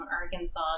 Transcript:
Arkansas